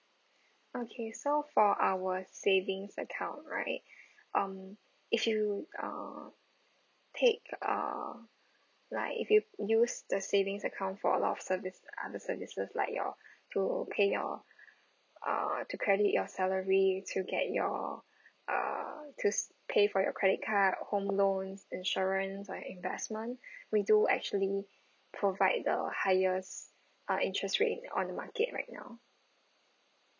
okay so for our savings account right um if you ah take ah like if you use the savings account for our service other services like your to pay your uh to credit your salary to get your uh to pay for your credit card home loans insurance or investment we do actually provide the highest uh interest rate in the on the market right now